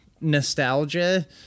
nostalgia